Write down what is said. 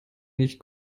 nicht